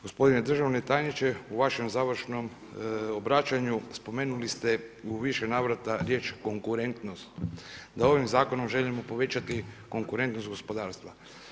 Gospodine državni tajniče, u vašem završnom obraćanju spomenuli ste u više navrata riječ konkurentnost, da ovim zakonom želimo povećati konkurentnost gospodarstva.